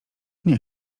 nie